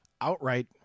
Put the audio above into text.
outright